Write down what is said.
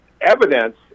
evidence